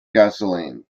gasoline